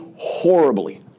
horribly